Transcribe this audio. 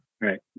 Right